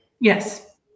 Yes